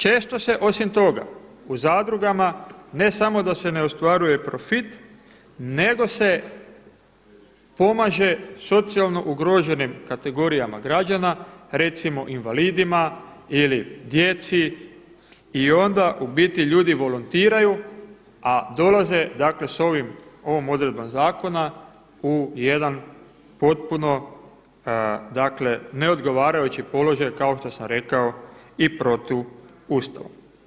Često se osim toga u zadrugama ne samo da se ne ostvaruje profit nego se pomaže socijalno ugroženim kategorijama građana, recimo invalidima ili djeci i onda u biti ljudi volontiraju a dolaze dakle sa ovom odredbom zakona u jedan potpuno dakle neodgovarajući položaj kao što sam rekao i protuustavom.